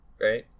Right